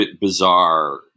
bizarre